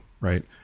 right